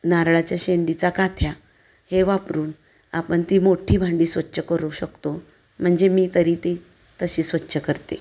नारळाच्या शेंडीचा काथ्या हे वापरून आपण ती मोठी भांडी स्वच्छ करू शकतो म्हणजे मी तरी ती तशी स्वच्छ करते